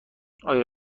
آیا